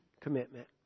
commitment